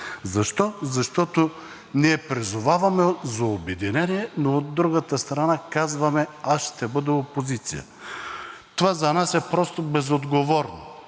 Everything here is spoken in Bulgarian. Защо? Защото ние призоваваме за обединение, но от другата страна казваме „аз ще бъда опозиция“. Това за нас е просто безотговорно